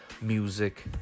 music